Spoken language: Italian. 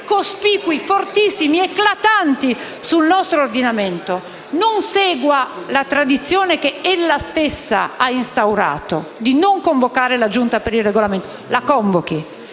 cospicui, rilevanti ed eclatanti sul nostro ordinamento, non segua la tradizione che ella stessa ha instaurato di non convocare la Giunta per il Regolamento. La convochi